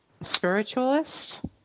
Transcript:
spiritualist